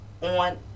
on